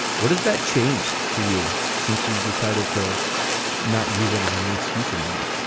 what is that changed for you since you've decided to not use it it as an excuse anymore?